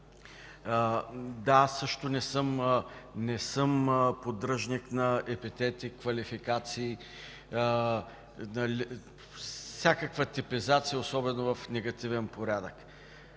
аз също не съм поддръжник на епитети, квалификации, на всякаква типизация, особено в негативен порядък.